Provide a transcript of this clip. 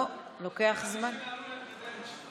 נראה לי שנעלו את הדלת.